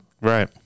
right